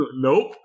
Nope